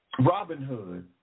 Robinhood